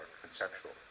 conceptual